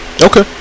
Okay